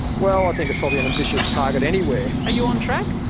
well, i think it's probably an ambitious target anywhere. are you on track?